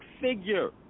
figure